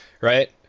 right